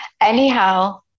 Anyhow